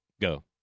Go